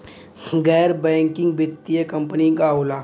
गैर बैकिंग वित्तीय कंपनी का होला?